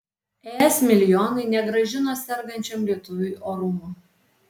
es milijonai negrąžino sergančiam lietuviui orumo